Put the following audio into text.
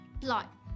plot